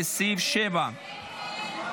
לסעיף 7. הסתייגות 24 לא נתקבלה.